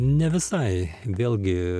ne visai vėlgi